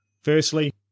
Firstly